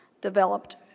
developed